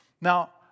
Now